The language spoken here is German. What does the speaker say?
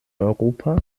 europa